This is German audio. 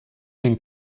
den